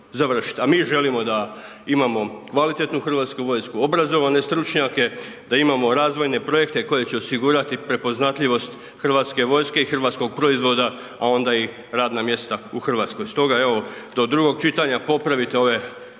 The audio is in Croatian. A mi želimo da imamo kvalitetnu HV, obrazovane stručnjake, da imamo razvojne projekte koje će osigurati prepoznatljivost HV-a i hrvatskog proizvoda, a onda i radna mjesta u RH. Stoga, evo do drugog čitanja popravite ove prijedloge